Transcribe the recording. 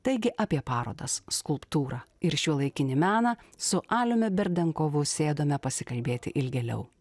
taigi apie parodas skulptūrą ir šiuolaikinį meną su aliumi berdenkovu sėdome pasikalbėti ilgėliau